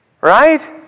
Right